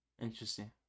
interesting